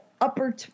upper